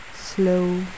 slow